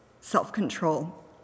self-control